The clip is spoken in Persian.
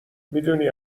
میدونی